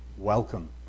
welcome